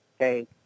Okay